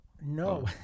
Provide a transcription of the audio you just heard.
No